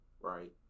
right